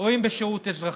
ואם בשירות אזרחי.